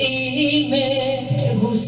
and he goes